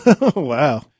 Wow